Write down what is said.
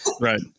right